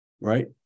right